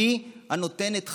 היא הנותנת חיות,